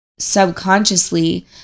subconsciously